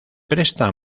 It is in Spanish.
presta